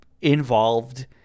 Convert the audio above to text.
involved